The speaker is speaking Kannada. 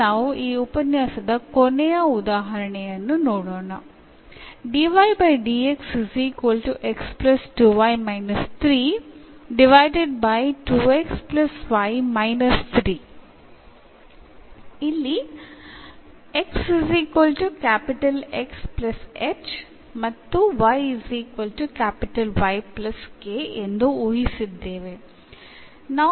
ಈಗ ನಾವು ಈ ಉಪನ್ಯಾಸದ ಕೊನೆಯ ಉದಾಹರಣೆಯನ್ನು ನೋಡೋಣ ಇಲ್ಲಿ ಎಂದು ಊಹಿಸಿದ್ದೇವೆ